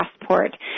Passport